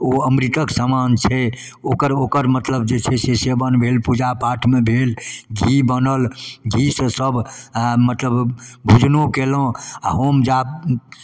ओ अमृतके समान छै ओकर ओकर मतलब जे छै से सेवन भेल पूजा पाठमे भेल घी बनल घीसँ सब मतलब भोजनो कएलहुँ आओर होम जापसब